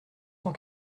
cent